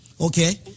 okay